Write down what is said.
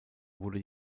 wurde